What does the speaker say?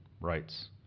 rights